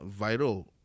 viral